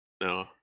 No